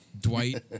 Dwight